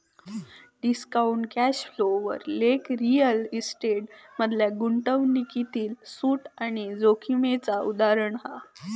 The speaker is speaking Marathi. डिस्काउंटेड कॅश फ्लो वर लेख रिअल इस्टेट मधल्या गुंतवणूकीतील सूट आणि जोखीमेचा उदाहरण हा